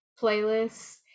playlists